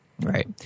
Right